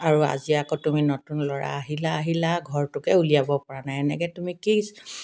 আৰু আজি আকৌ তুমি নতুন ল'ৰা আহিলা আহিলা ঘৰটোকে উলিয়াব পৰা নাই এনেকৈ তুমি কি